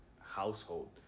household